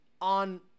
on